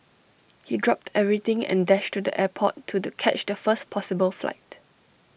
he dropped everything and dashed to the airport to the catch the first possible flight